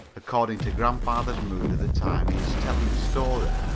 according to grandfather's mood at the time he is telling the story,